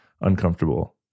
uncomfortable